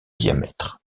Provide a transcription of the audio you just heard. diamètre